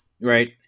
Right